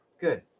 Good